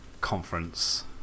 conference